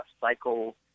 Cycle